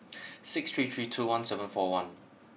six three three two one seven four one